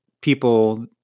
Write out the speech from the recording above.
people